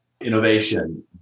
innovation